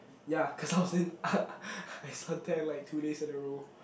ya cause I was in I suntan like two days in a row